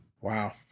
Wow